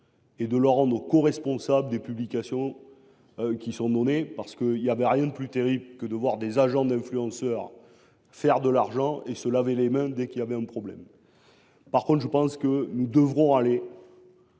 que l'on rend coresponsable des publications. C'est bienvenu, car il n'y avait rien de plus terrible que de voir des agents d'influenceurs faire de l'argent, puis se laver les mains dès qu'il y avait un problème. En revanche, je pense que nous devrons très